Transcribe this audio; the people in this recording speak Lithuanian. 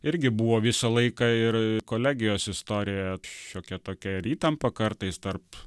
irgi buvo visą laiką ir kolegijos istorijoje šiokia tokia ir įtampa kartais tarp